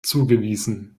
zugewiesen